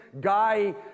guy